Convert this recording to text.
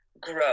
Grow